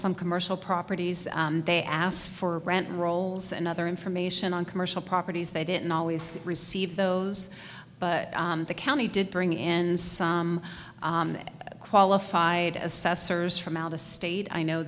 some commercial properties they asked for rent rolls and other information on commercial properties they didn't always receive those but the county did bring in some qualified assessors from out of state i know